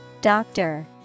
Doctor